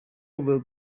will